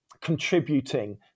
contributing